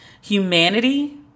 Humanity